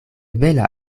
bela